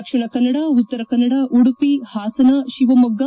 Dakshina Kannada Uttara Kannada Udupi Hassan Shivamogga